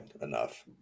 enough